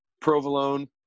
provolone